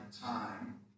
time